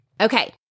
Okay